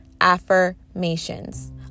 affirmations